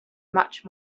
much